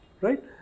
Right